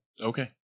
Okay